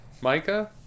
Micah